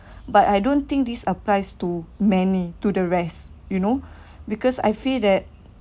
but I don't think this applies to many to the rest you know because I feel that